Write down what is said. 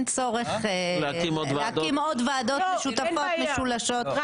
צורך להקים עוד ועדות משותפות ומשולשות.